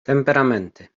temperamenty